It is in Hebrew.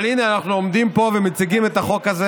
אבל הינה, אנחנו עומדים פה ומציגים את החוק הזה,